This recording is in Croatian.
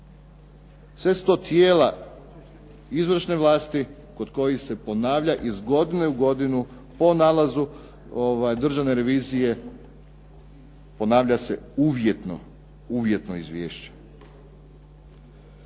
Sve su to tijela izvršne vlasti kod kojih se ponavlja iz godine u godinu po nalazu Državne revizije, ponavlja se uvjetno izvješće.